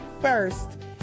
first